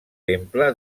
temple